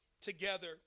together